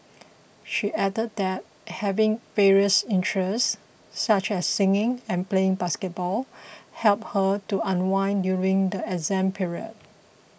she added that having various interests such as singing and playing basketball helped her to unwind during the exam period